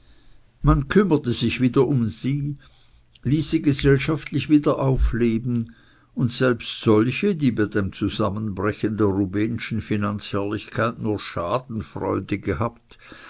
man kümmerte sich wieder um sie ließ sie gesellschaftlich wieder aufleben und selbst solche die bei dem zusammenbrechen der rubehnschen finanzherrlichkeit nur schadenfreude gehabt